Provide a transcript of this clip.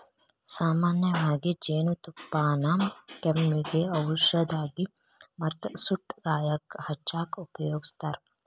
ಸಾಮನ್ಯವಾಗಿ ಜೇನುತುಪ್ಪಾನ ಕೆಮ್ಮಿಗೆ ಔಷದಾಗಿ ಮತ್ತ ಸುಟ್ಟ ಗಾಯಕ್ಕ ಹಚ್ಚಾಕ ಉಪಯೋಗಸ್ತಾರ